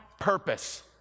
purpose